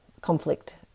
conflict